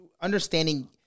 understanding